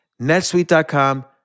netsuite.com